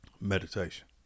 meditation